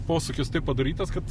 posūkis taip padarytas kad